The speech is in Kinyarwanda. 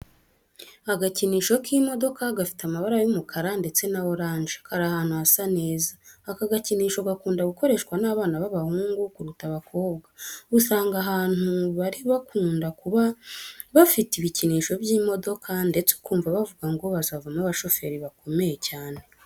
Agakinisho k'imodoka gafite amabara y'umukara ndetse na oranje kari ahantu hasa neza. Aka gakinisho gakunda gukoreshwa n'abana b'abahungu kuruta abakobwa. Usanga ahantu bari bakunda kuba bafite ibikinisho by'imodoka ndetse ukumva bavuga ngo bazavamo abashoferi bakomeye cyane.